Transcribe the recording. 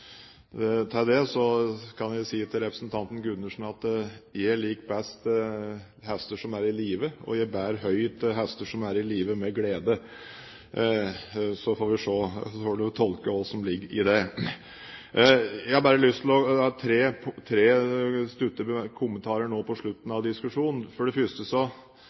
det kan jeg si til representanten Gundersen at jeg liker best hester som er i live, og jeg bærer med glede havre til hester som er i live – så får representanten tolke hva som ligger i det. Jeg har tre korte kommentarer på slutten av diskusjonen. For det første er det bred enighet om at Oslo Børs har og skal ha en veldig sentral rolle i det norske og for så